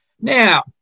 Now